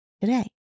today